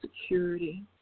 security